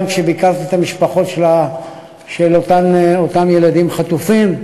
גם כשביקרתי את המשפחות של אותם ילדים חטופים,